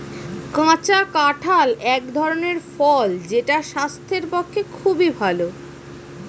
কাঁচা কাঁঠাল এক ধরনের ফল যেটা স্বাস্থ্যের পক্ষে খুবই ভালো